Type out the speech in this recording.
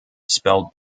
spelled